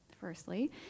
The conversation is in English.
firstly